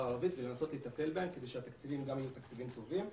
הערבית ולנסות לטפל בהן כדי שהתקציבים יהיו תקציבים טובים.